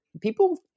people